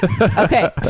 Okay